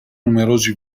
numerosi